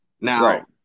Now